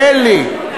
תן לי,